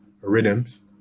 Rhythms